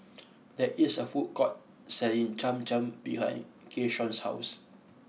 there is a food court selling Cham Cham behind Keyshawn's house